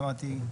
ואמרתי,